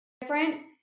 different